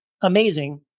amazing